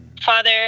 Father